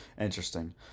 Interesting